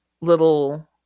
little